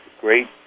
great